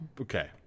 Okay